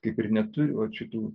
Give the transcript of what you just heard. kaip ir neturi vat šitų